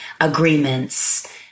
agreements